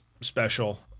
special